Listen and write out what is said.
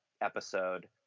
episode